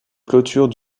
clôture